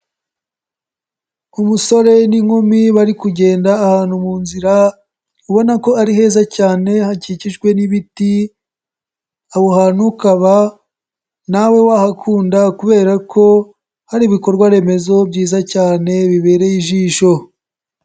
Umusore n'inkumi bari kugenda ahantu mu nzira ubona ko ari heza cyane hakikijwe n'ibiti, aho hantu ukaba nawe wahakunda kubera ko hari ibikorwa remezo byiza cyane bibereye ijisho.